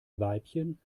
weibchen